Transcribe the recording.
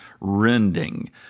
rending